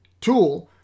tool